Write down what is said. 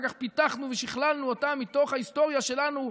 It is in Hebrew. כך פיתחנו ושכללנו אותם מתוך ההיסטוריה שלנו,